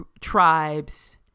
tribe's